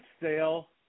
Sale